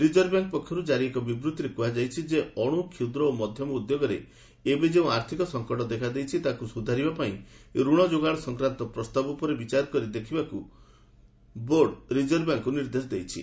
reserve Bank ପକ୍ଷରୁ କାରି ଏକ ବିବୃତ୍ତିରେ କୁହାଯାଇଛି ଯେ ଅଣୁ କ୍ଷୁଦ୍ର ଓ ମଧ୍ୟମ ଉଦ୍ୟୋଗରେ ଏବେ ଯେଉଁ ଆର୍ଥିକ ସଂକଟ ଦେଖାଦେଇଛି ତାହାକୁ ସୁଧାରିବା ପାଇଁ ରଣ ଯୋଗାଣ ସଂକ୍ରାନ୍ତ ପ୍ରସ୍ତାବ ଉପରେ ବିଚାର କରି ଦେଖିବାକୁ ବୋର୍ଡ଼ ରିଜର୍ଭ ବ୍ୟାଙ୍କ୍କୁ ନିର୍ଦ୍ଦେଶ ଦେଇଛି